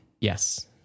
Yes